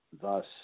Thus